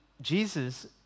Jesus